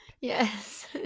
Yes